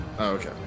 Okay